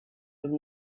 from